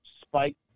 spike